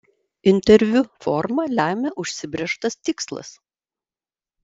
interviu formą lemia užsibrėžtas tikslas